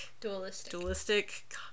dualistic